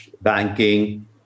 banking